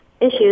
issues